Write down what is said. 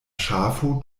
ŝafo